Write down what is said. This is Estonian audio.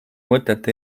mõtet